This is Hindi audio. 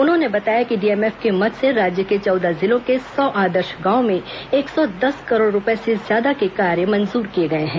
उन्होंने बताया कि डीएमएफ के मद से राज्य के चौदह जिलों के सौ आदर्श गांवों में एक सौ दस करोड़ रूपए से ज्यादा के कार्य मंजूर किए गए हैं